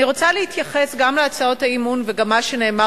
אני רוצה להתייחס גם להצעות האי-אמון וגם למה שנאמר